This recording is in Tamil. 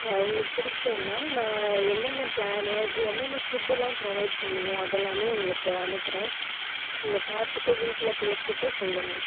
ஆ உங்களுக்கு பிடிக்குன்னா நான் என்னென்ன ப்ளானு என்னென்ன ஃபுட்டெலாம் ப்ரொவைட் பண்ணுவோம் அதெல்லாமே உங்களுக்கு அனுப்புகிறேன் நீங்கள் பார்த்துட்டு வீட்டில் பேசிவிட்டு சொல்லுங்க